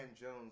Jones